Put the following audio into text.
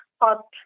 hot